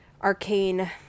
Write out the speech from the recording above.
arcane